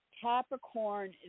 Capricorn